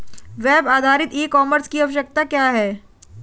Web आधारित e commerce की आवश्यकता क्या है?